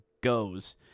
goes